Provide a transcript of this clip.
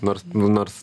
nors nors